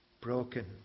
broken